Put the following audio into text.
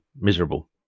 miserable